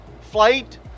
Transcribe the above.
flight